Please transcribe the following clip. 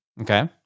Okay